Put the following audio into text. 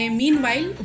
meanwhile